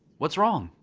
what's wrong?